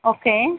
okay